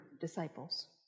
disciples